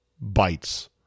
bites